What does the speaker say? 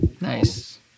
Nice